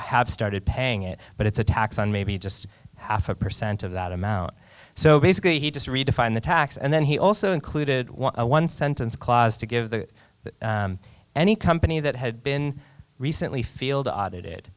have started paying it but it's a tax on maybe just half a percent of that amount so basically he just redefined the tax and then he also included a one sentence clause to give the any company that had been recently field audited